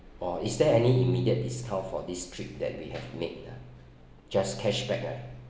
oh is there any immediate discount for this trip that we have made ah just cashback ah